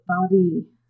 body